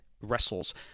wrestles